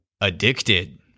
Addicted